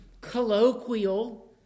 colloquial